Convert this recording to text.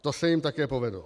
To se jim také povedlo.